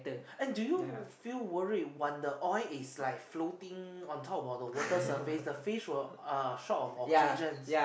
and do you feel worry when the oil is like floating on top of the water surface the fish will uh short of oxygen